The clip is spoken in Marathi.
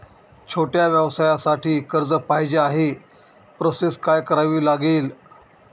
छोट्या व्यवसायासाठी कर्ज पाहिजे आहे प्रोसेस काय करावी लागेल?